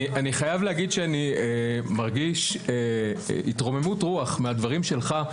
אני חייב להגיד שאני מרגיש התרוממות רוח מהדברים שלך,